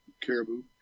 caribou